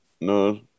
No